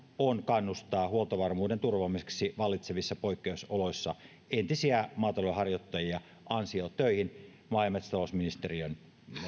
on kannustaa huoltovarmuuden turvaamiseksi vallitsevissa poikkeusoloissa entisiä maatalouden harjoittajia ansiotöihin maa ja metsätalousministeriön